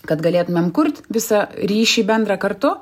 kad galėtumėm kurt visą ryšį bendrą kartu